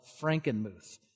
Frankenmuth